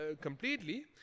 completely